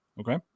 Okay